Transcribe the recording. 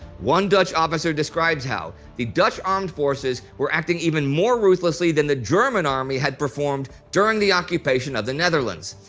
one dutch officer describes how the dutch armed forces were acting even more ruthlessly than the german army had performed during the occupation of the netherlands.